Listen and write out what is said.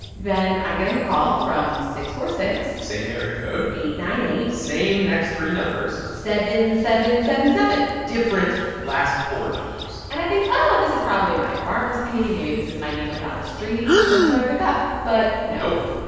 then i'm getting a call from six four six. same area code. eight nine eight. same next three numbers. seven seven seven seven point. different last four numbers and i think, oh, this is probably my pharmacy maybe this is my neighbor down the street. and so i pick up. but no nope.